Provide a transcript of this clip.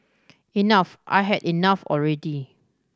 enough I had enough already